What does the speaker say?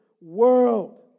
world